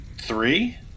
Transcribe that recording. three